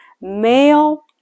male